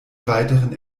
weiteren